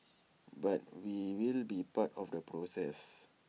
but we will be part of the process